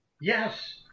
Yes